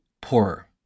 poorer